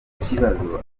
ikibazo